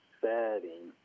setting